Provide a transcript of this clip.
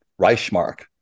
Reichmark